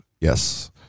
Yes